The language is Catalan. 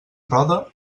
roda